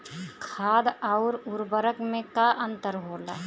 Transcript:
खाद्य आउर उर्वरक में का अंतर होला?